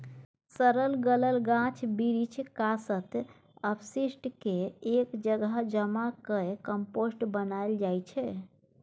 सरल गलल गाछ बिरीछ, कासत, अपशिष्ट केँ एक जगह जमा कए कंपोस्ट बनाएल जाइ छै